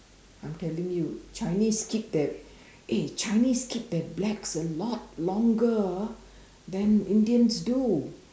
I'm telling you Chinese keep their eh Chinese keep their blacks a lot longer ah than Indians do